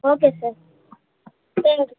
okay sir thank you